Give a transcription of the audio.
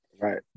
Right